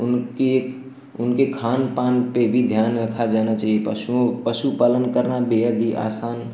उनकी एक उनके खानपान पर भी ध्यान रखा जाना चाहिए पशुओं पशु पालन करना बेहद ही आसान